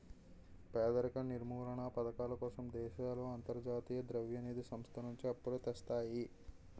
పేదరిక నిర్మూలనా పధకాల కోసం దేశాలు అంతర్జాతీయ ద్రవ్య నిధి సంస్థ నుంచి అప్పులు తెస్తాయి